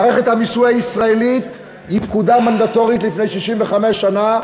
מערכת המיסוי הישראלית היא פקודה מנדטורית מלפני 65 שנה,